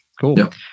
Cool